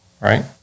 right